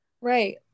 Right